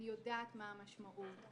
אני יודעת מהי המשמעות.